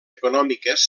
econòmiques